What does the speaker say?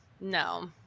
no